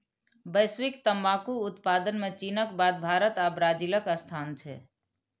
वैश्विक तंबाकू उत्पादन मे चीनक बाद भारत आ ब्राजीलक स्थान छै